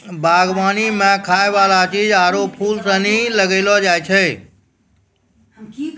बागवानी मे खाय वाला चीज आरु फूल सनी लगैलो जाय छै